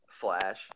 Flash